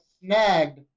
snagged